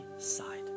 side